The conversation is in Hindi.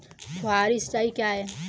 फुहारी सिंचाई क्या है?